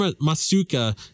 Masuka